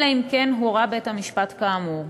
אלא אם כן הורה בית-המשפט כאמור.